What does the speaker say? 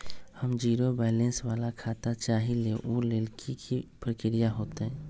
हम zero balance वाला खाता चाहइले वो लेल की की प्रक्रिया होतई?